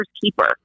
keeper